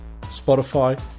Spotify